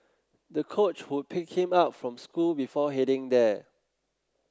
the coach would pick him up from school before heading there